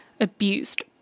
abused